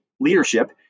leadership